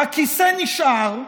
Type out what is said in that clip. הכיסא נשאר,